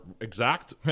exact